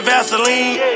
Vaseline